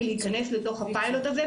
מלהיכנס לתוך הפיילוט הזה,